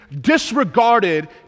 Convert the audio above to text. disregarded